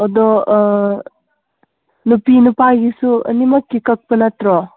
ꯑꯗꯣ ꯑꯥ ꯅꯨꯄꯤ ꯅꯨꯄꯥꯒꯤꯁꯨ ꯑꯅꯤꯃꯛꯀꯤ ꯀꯛꯄ ꯅꯠꯇ꯭ꯔꯣ